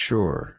Sure